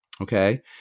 okay